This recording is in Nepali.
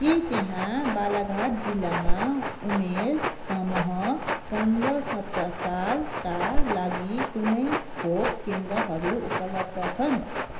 के त्यहाँ बालाघाट जिल्लामा उमेर समूह पन्ध्र सत्र सालका लागि कुनै खोप केन्द्रहरू उपलब्ध छन्